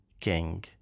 king